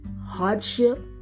hardship